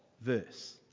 verse